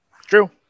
True